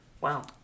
Wow